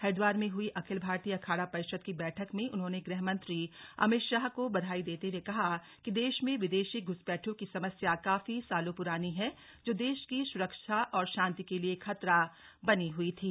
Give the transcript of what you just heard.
हरिद्वार में हुई अखिल भारतीय अखाड़ा परिषद की बैठक में उन्होंने गृहमंत्री अमित शाह को बधाई देते हुए कहा कि देश में विदेशी घुसपैठियों की समस्या काफी सालों पुरानी है जो देश की सुरक्षा और शांति के लिए खतरा बनी हुई थी